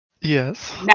Yes